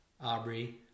Aubrey